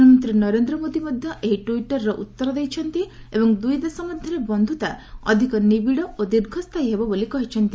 ପ୍ରଧାନମନ୍ତ୍ରୀ ନରେନ୍ଦ୍ର ମୋଦି ମଧ୍ୟ ଏହି ଟ୍ପିଟ୍ର ଉତ୍ତର ଦେଇଛନ୍ତି ଏବଂ ଦୁଇଦେଶ ମଧ୍ୟରେ ବନ୍ଧୁତା ଅଧିକ ନିବିଡ଼ ଓ ଦୀର୍ଘସ୍ଥାୟୀ ହେବ ବୋଲି କହିଛନ୍ତି